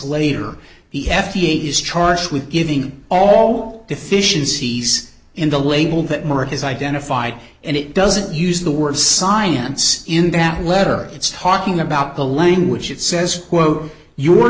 later the f d a is charged with giving all deficiencies in the label that merck has identified and it doesn't use the word science in that letter it's talking about the language it says quote your